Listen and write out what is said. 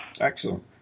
Excellent